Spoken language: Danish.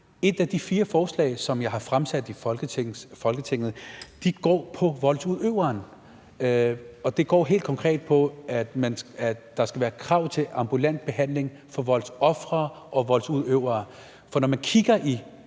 Et af de fire forslag, som jeg har fremsat i Folketinget, går på voldsudøveren, og det går helt konkret på, at der skal krav om ambulant behandling for voldsofre og voldsudøvere. For når man kigger i